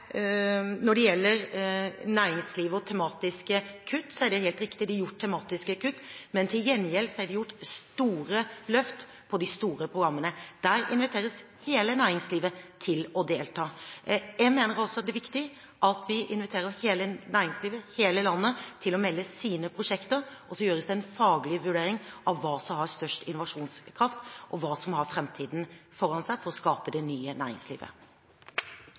Når det gjelder næringslivet og tematiske kutt, er det helt riktig, det er gjort tematiske kutt. Til gjengjeld er det gjort store løft i de store programmene. Der inviteres hele næringslivet til å delta. Jeg mener det er viktig at vi inviterer hele næringslivet, hele landet, til å melde om sine prosjekter. Så gjøres det en faglig vurdering – hva som har størst innovasjonskraft, og hva som har framtiden foran seg – for å skape det nye næringslivet.